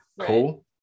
cool